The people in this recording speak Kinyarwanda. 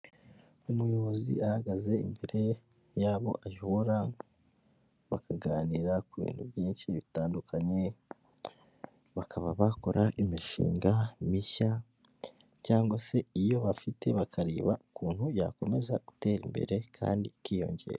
Umuyobozi ahagaze imbere y'abo ayobora bakaganira ku bintu byinshi bitandukanye, bakaba bakora imishinga mishya cyangwa se iyo bafite bakareba ukuntu yakomeza gutera imbere kandi ikiyongera.